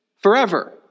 forever